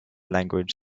language